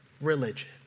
religion